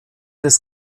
des